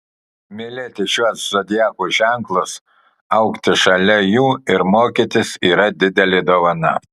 mylėti šiuos zodiako ženklus augti šalia jų ir mokytis yra didelė dovana